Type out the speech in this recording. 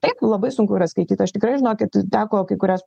taip labai sunku yra skaityt aš tikrai žinokit teko kai kurias